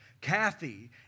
Kathy